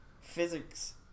physics